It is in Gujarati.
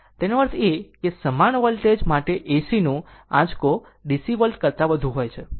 તેનો અર્થ એ કે સમાન વોલ્ટેજ માટે ACનું આંચકો DC વોલ્ટેજ કરતા વધુ છે